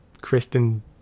Kristen